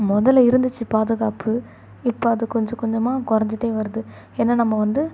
முதல்ல இருந்துச்சு பாதுகாப்பு இப்போ அது கொஞ்ச கொஞ்சமாக குறஞ்சிட்டே வருது ஏன்னா நம்ம வந்து